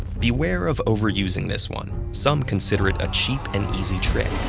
beware of overusing this one. some consider it a cheap and easy trick,